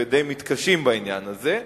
ודי מתקשים בעניין הזה.